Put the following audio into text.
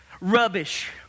rubbish